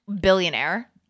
billionaire